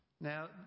Now